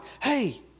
Hey